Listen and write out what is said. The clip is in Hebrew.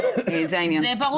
זה העניין -- זה ברור.